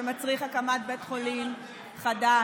שמצריך הקמת בית חולים חדש,